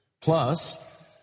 Plus